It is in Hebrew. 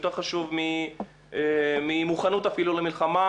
יותר חשוב ממוכנות אפילו למלחמה,